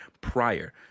prior